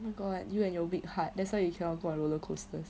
oh my god you and your weak heart that's why you cannot 坐 roller coasters